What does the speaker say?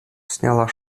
сняла